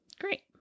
Great